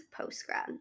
post-grad